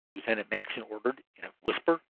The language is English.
lieutenant mackinson ordered, in a whisper.